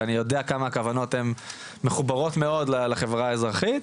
ואני יודע כמה הכוונות מחוברות מאוד לחברה האזרחית.